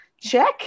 check